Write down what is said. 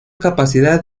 capacidad